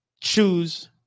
choose